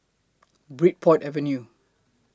Bridport Avenue